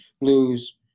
lose